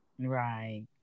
Right